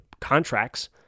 contracts